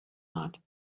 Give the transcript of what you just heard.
heart